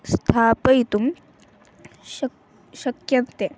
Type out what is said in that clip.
स्थापयितुं शक् शक्यन्ते